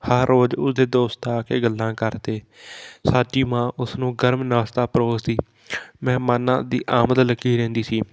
ਹਰ ਰੋਜ਼ ਉਸ ਦੇ ਦੋਸਤ ਆ ਕੇ ਗੱਲਾਂ ਕਰਦੇ ਸਾਡੀ ਮਾਂ ਉਸ ਨੂੰ ਗਰਮ ਨਾਸਤਾ ਪਰੋਸਦੀ ਮਹਿਮਾਨਾਂ ਦੀ ਆਮਦ ਲੱਗੀ ਰਹਿੰਦੀ ਸੀ